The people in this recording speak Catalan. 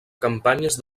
campanyes